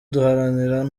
duharanira